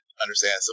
understand